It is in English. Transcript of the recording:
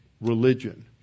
religion